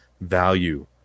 value